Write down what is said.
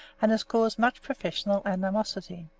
and has caused much professional animosity.